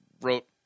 wrote